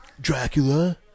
Dracula